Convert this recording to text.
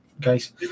guys